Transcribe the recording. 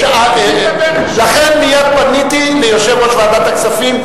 לכן מייד פניתי ליושב-ראש ועדת הכספים,